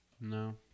No